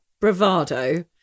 bravado